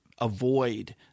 avoid